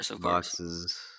boxes